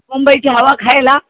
मुंबईची हवा खायला